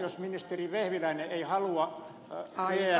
jos ministeri vehviläinen ei halua